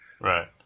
Right